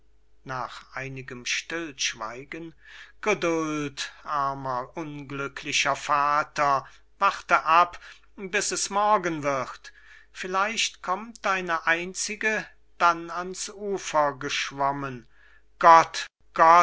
geduld armer unglücklicher vater warte ab bis es morgen wird vielleicht kommt deine einzige dann ans ufer geschwommen gott gott